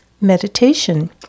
meditation